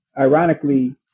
ironically